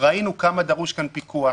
ראינו כמה דרוש כאן פיקוח,